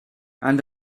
and